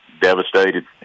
devastated